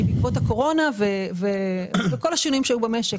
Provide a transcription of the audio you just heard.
היא בעקבות הקורונה וכל השינויים שהיו במשק,